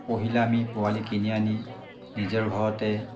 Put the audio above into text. পহিলা আমি পোৱালি কিনি আনি নিজৰ ঘৰতে